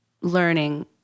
learning